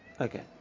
Okay